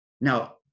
Now